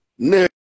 Nigga